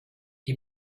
die